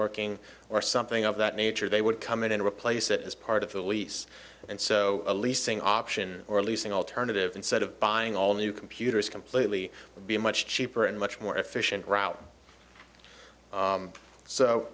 working or something of that nature they would come in and replace it as part of the lease and so leasing option or leasing alternative instead of buying all new computers completely would be a much cheaper and much more efficient route